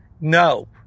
No